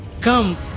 Come